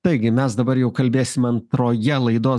taigi mes dabar jau kalbėsime antroje laidos